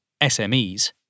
SMEs